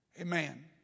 Amen